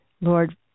Lord